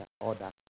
order